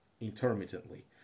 intermittently